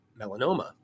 melanoma